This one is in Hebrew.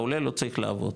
העולה לא רציך לעבוד,